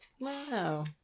Wow